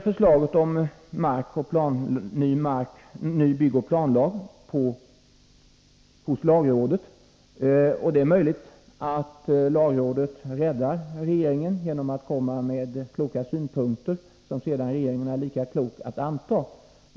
Förslaget om ny byggoch planlag ligger hos lagrådet, och det är möjligt att lagrådet räddar regeringen genom att framföra kloka synpunkter, som sedan regeringen är lika klok att anta.